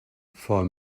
for